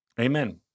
Amen